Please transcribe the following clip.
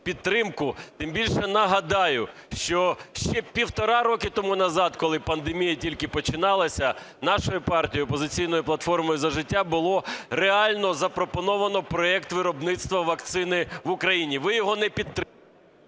Тим більше нагадаю, що ще півтора роки тому назад, коли пандемія тільки починалася, нашою партією, "Опозиційною платформою – За життя" було реально запропоновано проект виробництва вакцини в Україні, ви його не підтримали…